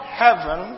heaven